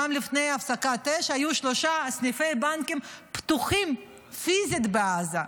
גם לפני הפסקת האש היו שלושה סניפי בנקים פתוחים פיזית בעזה,